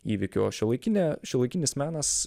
įvykio o šiuolaikinė šiuolaikinis menas